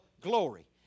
glory